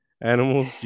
animals